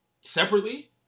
separately